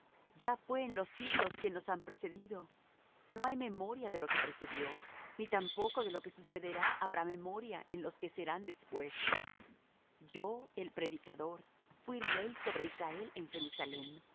ya fué en los siglos que nos han precedido no hay memoria de lo que precedió ni tampoco de lo que sucederá habrá memoria en los que serán después yo el predicador fuí rey sobre israel en jerusalem